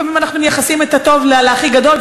לפעמים אנחנו מייחסים את הטוב להכי גדול,